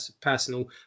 personal